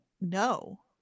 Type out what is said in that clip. no